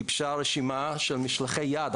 גיבשה רשימה של משלחי-יחד.